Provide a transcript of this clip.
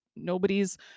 Nobody's